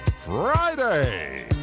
Friday